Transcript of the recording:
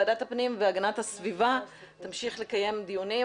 ועדת הפנים והגנת הסביבה תמשיך לקיים דיונים